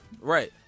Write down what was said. Right